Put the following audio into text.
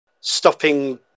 stopping